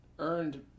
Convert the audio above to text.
earned